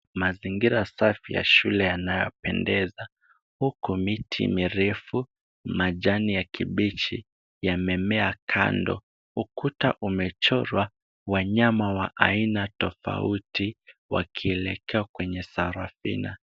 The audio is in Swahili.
Mazingira safi ya shule yanayopendeza, huku miti mirefu majani ya kibichi yamemea kando. Ukuta umechorwa wanyama wa aina tofauti wakielekea kwenye safina.